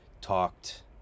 talked